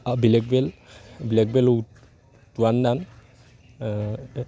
অ black belt black belt টুৱান ডান